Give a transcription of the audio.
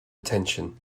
attention